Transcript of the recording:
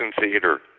Theater